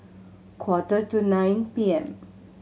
quarter to nine P M